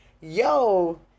yo